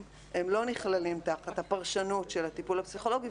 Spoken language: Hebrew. לא נכללים תחת הפרשנות של הטיפול הפסיכולוגי,